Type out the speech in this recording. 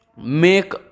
make